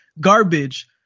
garbage